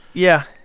yeah,